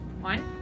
one